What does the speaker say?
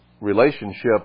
relationship